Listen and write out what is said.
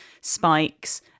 spikes